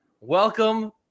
welcome